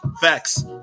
Facts